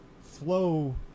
flow